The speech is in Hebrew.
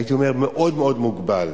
הייתי אומר, מאוד מאוד מוגבל,